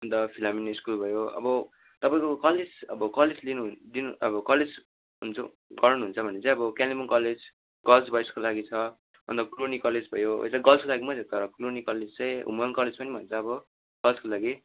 अन्त Philomena school भयो अब तपाईँको कलेज अब कलेज लिनु दिनु अब कलेज हुन्छ गराउनुहुन्छ भने चाहिँ अब कालिम्पोङ कलेज गर्ल्स बोइजको लागि छ अन्त क्लुनी कलेज भयो यो त गर्ल्सको लागि मात्रै हो तर क्लुनी कलेज चाहिँ हुमन कलेज पनि भन्छ अब गर्ल्सको लागि